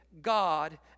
God